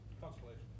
Constellation